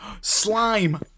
Slime